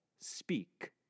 Speak